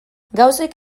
gauzek